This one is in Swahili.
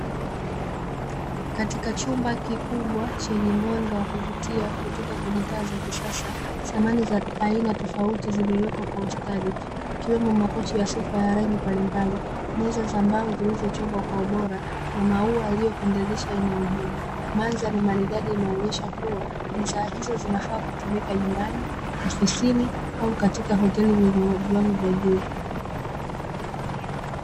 Katika chumba kikubwa chenye mwanga wa kuvutia, kutoka kwenye taa za kisasa, samani za aina tofauti ziliwekwa kwa ustadi. Ikiwemo makochi ya sofa ya rangi mbalimbali, meza za mbao zilizochongwa kwa ubora na maua yaliyopendezesha eneo hilo. Mandhari maridadi inayoonyesha kuwa bidhaa hizo zinafaa kutumika nyumbani, ofsini au katika hoteli zenye viwango vya juu.